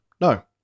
no